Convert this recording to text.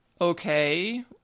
Okay